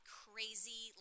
crazy